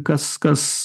kas kas